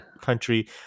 country